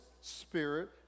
spirit